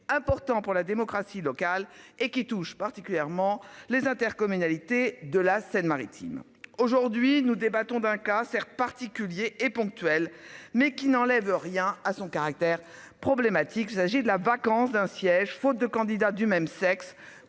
important pour la démocratie locale et qui touche particulièrement les intercommunalités de la Seine-Maritime aujourd'hui nous débattons d'un cas sert particuliers et ponctuels mais qui n'enlève rien à son caractère problématique s'agit de la vacance d'un siège, faute de candidats du même sexe